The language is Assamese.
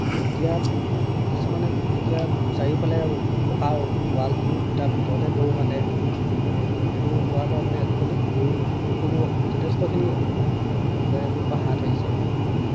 আৰু এতিয়া কিছুমানে এতিয়া চাৰিওফালে পকা ৱাল দিও তাৰ ভিতৰতে গৰু বান্ধে সেইবোৰ হোৱাৰ পৰা মানে আজিকালি গৰু পশুবোৰ অকণমান যথেষ্টখিনি হাত সাৰিছে মানে